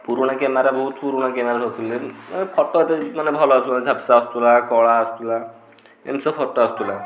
ପୁରୁଣା କ୍ୟାମେରା ବହୁତ ପୁରୁଣା କ୍ୟାମେରା ଦେଉଥିଲେ ଫଟୋ ଏତେ ମାନେ ଭଲ ଆସୁଥିଲା ଝାପ୍ସା ଆସୁଥିଲା କଳା ଆସୁଥିଲା ଏମିତି ସବୁ ଫଟୋ ଆସୁଥିଲା